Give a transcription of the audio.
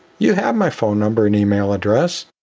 you have my phone number and email address.